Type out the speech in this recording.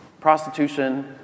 Prostitution